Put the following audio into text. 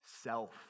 self